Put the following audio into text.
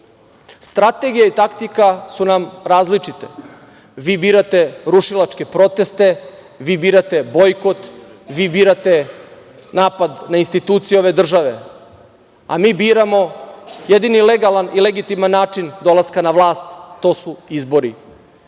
Strategija i taktika su nam različite. Vi birate rušilačke proteste, vi birate bojkot, vi birate napad na institucije ove države, a mi biramo jedini legalan i legitiman način dolaska na vlast – izbori. Ono